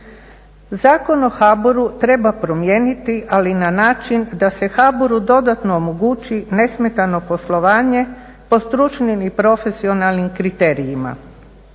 Zakon o HBOR-u treba promijeniti ali na način da se HBOR-u dodatno omogući nesmetano poslovanje po stručnim i profesionalnim kriterijima.